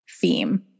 theme